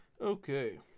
Okay